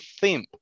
theme